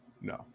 no